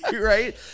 right